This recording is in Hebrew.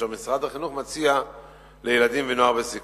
אשר משרד החינוך מציע לילדים ולנוער בסיכון.